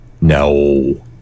No